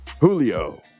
Julio